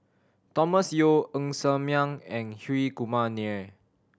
Thomas Yeo Ng Ser Miang and Hri Kumar Nair